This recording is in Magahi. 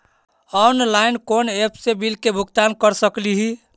ऑनलाइन कोन एप से बिल के भुगतान कर सकली ही?